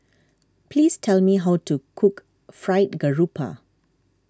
please tell me how to cook Fried Garoupa